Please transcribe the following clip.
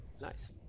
Nice